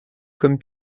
comme